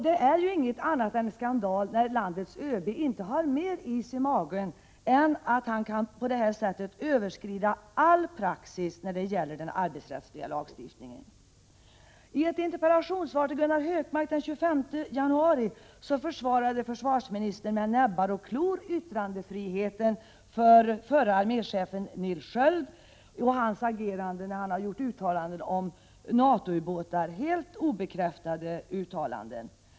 Det är ju ingenting annat än skandal när landets ÖB inte har mer is i magen än att han kan på det sättet frångå all praxis när det gäller den arbetsrättsliga lagstiftningen. I ett interpellationssvar till Gunnar Hökmark den 25 januari försvarade försvarsministern med näbbar och klor yttrandefriheten för förre arméchefen Nils Sköld och hans agerande när han gjort uttalanden om Nato-ubåtar, helt obekräftade uttalanden.